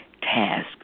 task